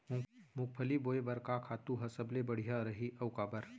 मूंगफली बोए बर का खातू ह सबले बढ़िया रही, अऊ काबर?